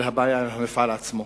אלא הבעיה היא עם המפעל עצמו.